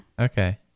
Okay